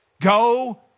Go